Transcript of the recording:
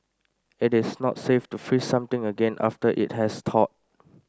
it is not safe to freeze something again after it has thawed